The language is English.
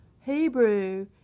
Hebrew